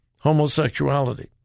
homosexuality